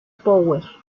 power